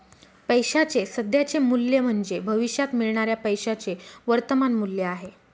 पैशाचे सध्याचे मूल्य म्हणजे भविष्यात मिळणाऱ्या पैशाचे वर्तमान मूल्य आहे